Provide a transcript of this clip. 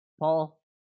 Paul